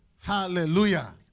hallelujah